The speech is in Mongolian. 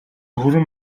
хүрэн